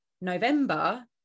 november